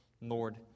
Lord